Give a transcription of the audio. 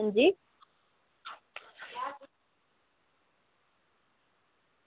अंजी